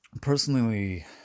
Personally